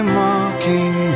mocking